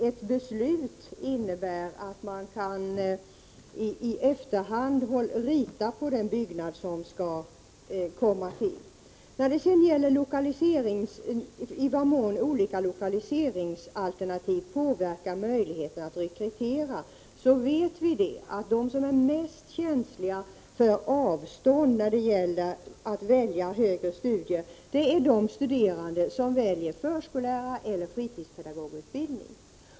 Ett beslut innebär att man i efterhand kan rita på den byggnad som skall komma till stånd. Beträffande frågan i vad mån olika lokaliseringsalternativ påverkar möjligheterna att rekrytera vet vi att de som är mest känsliga för avstånd när det gäller högre studier är de studerande som väljer förskollärareller fritidspedagogutbildning.